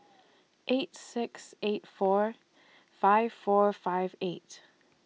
eight six eight four five four five eight